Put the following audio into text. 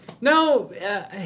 No